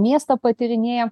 miestą patyrinėjam